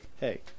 Hey